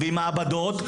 ועם מעבדות,